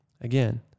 Again